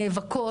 נאבקות,